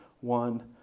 one